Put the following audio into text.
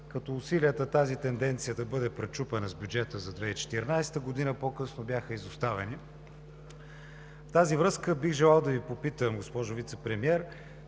като усилията тази тенденция да бъде пречупена с бюджета за 2014 г. по-късно бяха изоставени. В тази връзка бих желал да Ви попитам, госпожо Вицепремиер,